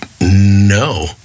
no